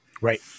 right